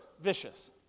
vicious